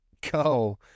go